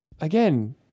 again